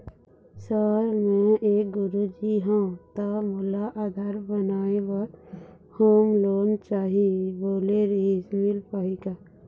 Sir मे एक गुरुजी हंव ता मोला आधार बनाए बर होम लोन चाही बोले रीहिस मील पाही का?